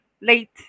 late